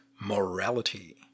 morality